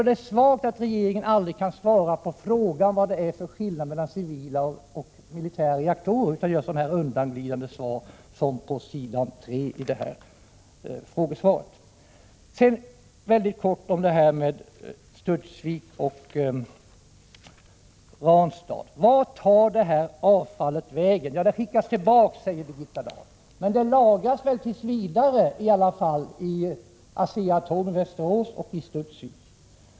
Det är svagt att regeringen aldrig kan svara på frågan vad det är för skillnad mellan civila och militära reaktorer. I stället ger man samma undanglidande svar som det som ges på s. 3 i det skriftliga svaret i dag. Sedan väldigt kort något om Studsvik och Ranstad. Vart tar avfallet vägen? Det skickas tillbaka, säger Birgitta Dahl. Men det lagras väl i alla fall tills vidare hos Asea-Atom, Västerås, och i Studsvik.